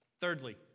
Thirdly